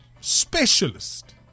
specialist